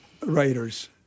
writers